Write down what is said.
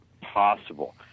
possible